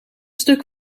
stuk